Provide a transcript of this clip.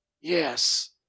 Yes